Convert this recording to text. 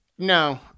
No